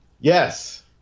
Yes